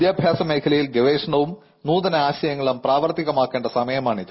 വിദ്യാഭ്യാസ മേഖലയിൽ ഗവേഷണവും നൂതന ആശയങ്ങളും പ്രാവർത്തികമാക്കേണ്ട സമയമാണിത്